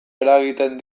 eragiten